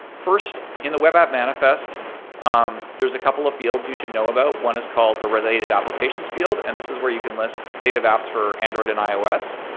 first, in the web app manifest um there's a couple of fields you should know about. one is called the related applications field. and this is where you can list native apps for android and ios.